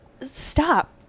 stop